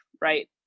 right